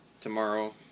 tomorrow